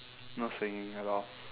no singing at all